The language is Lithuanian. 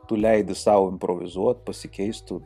tu leidi sau improvizuot pasikeisti